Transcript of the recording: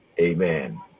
Amen